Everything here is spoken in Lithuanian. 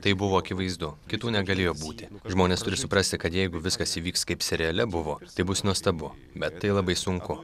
tai buvo akivaizdu kitų negalėjo būti žmonės turi suprasti kad jeigu viskas įvyks kaip seriale buvo tai bus nuostabu bet tai labai sunku